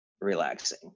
relaxing